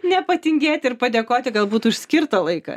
nepatingėti ir padėkoti galbūt už skirtą laiką